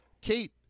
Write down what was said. Kate